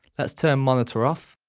let's turn monitor off